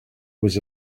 was